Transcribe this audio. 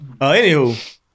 anywho